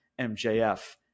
MJF